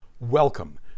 Welcome